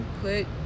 put